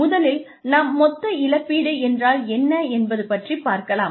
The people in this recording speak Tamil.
முதலில் நாம் மொத்த இழப்பீடு என்றால் என்ன என்பது பற்றிப்பார்க்கலாம்